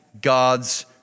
God's